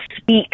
speak